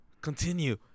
Continue